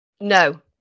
No